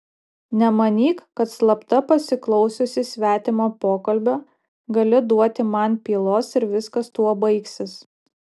nemanyk kad slapta pasiklausiusi svetimo pokalbio gali duoti man pylos ir viskas tuo baigsis